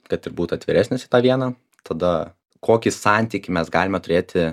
kad ir būt atviresnis į tą vieną tada kokį santykį mes galime turėti